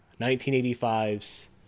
1985's